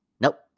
Nope